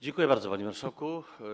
Dziękuję bardzo, panie marszałku.